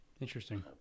Interesting